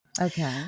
Okay